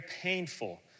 painful